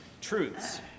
truths